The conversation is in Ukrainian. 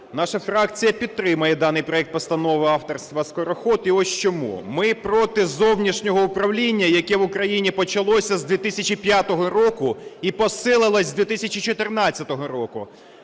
Наша фракція підтримає даний проект постанови авторства Скороход і ось чому. Ми проти зовнішнього управління, яке в Україні почалося з 2005 року і посилилось з 2014 року.